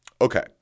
Okay